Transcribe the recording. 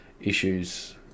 issues